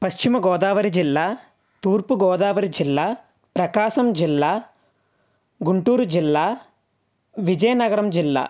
పశ్చిమగోదావరి జిల్లా తూర్పుగోదావరి జిల్లా ప్రకాశం జిల్లా గుంటూరు జిల్లా విజయనగరం జిల్లా